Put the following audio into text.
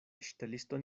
ŝteliston